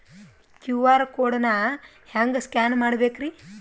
QR code ನಾ ಹೆಂಗ scan ಮಾಡಬೇಕ್ರಿ?